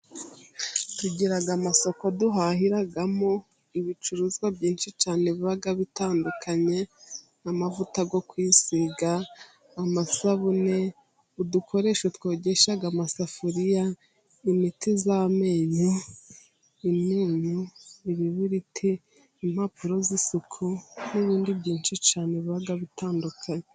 Tugira amasoko duhahiramo ibicuruzwa byinshi cyane biba bitandukanye, nk'amavuta yo kwisiga, amasabune, udukoresho twogesha amasafuriya, imiti y'amenyo, imyunyu, ibibiriti, impapuro z'isuku n'ibindi byinshi cyane biba bitandukanye.